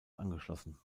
angeschlossen